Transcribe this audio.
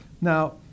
Now